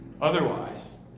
Otherwise